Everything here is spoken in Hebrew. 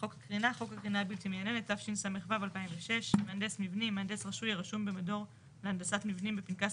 "חוק הקרינה" חוק הקרינה הבלתי מייננת התשס"ו 2006. "מהנדס מבנים" מהנדס רשוי הרשום במדור להנדסת מבנים בפנקס